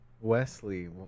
Wesley